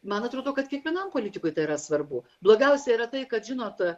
man atrodo kad kiekvienam politikui tai yra svarbu blogiausia yra tai kad žinot